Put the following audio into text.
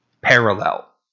parallel